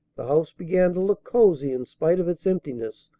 the house began to look cozy in spite of its emptiness,